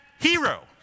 hero